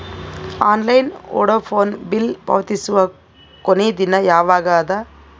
Online Vodafone bill ಪಾವತಿಸುವ ಕೊನಿ ದಿನ ಯವಾಗ ಅದ?